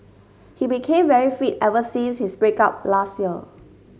he became very fit ever since his break up last year